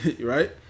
right